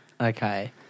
Okay